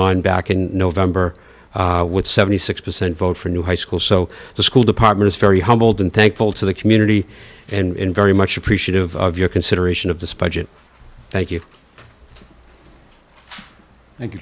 on back in november with seventy six percent vote for a new high school so the school department is very humbled and thankful to the community and very much appreciative of your consideration of this budget thank you thank you